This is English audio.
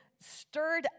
stirred